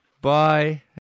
Bye